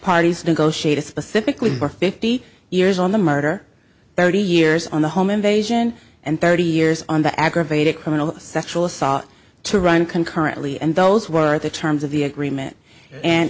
parties negotiated specifically for fifty years on the murder thirty years on the home invasion and thirty years on the aggravated criminal sexual assault to run concurrently and those were the terms of the agreement and